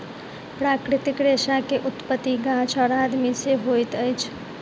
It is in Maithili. प्राकृतिक रेशा के उत्पत्ति गाछ और आदमी से होइत अछि